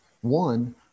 one